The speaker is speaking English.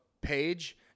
page